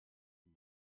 ihm